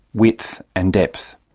width and depth.